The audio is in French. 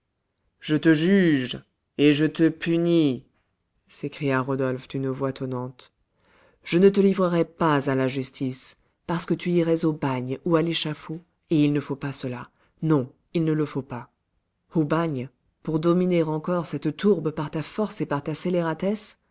je te juge et je te punis s'écria rodolphe d'une voix tonnante je ne te livrerai pas à la justice parce que tu irais au bagne ou à l'échafaud et il ne faut pas cela non il ne le faut pas au bagne pour dominer encore cette tourbe par ta force et